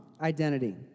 identity